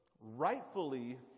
rightfully